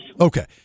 Okay